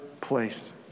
place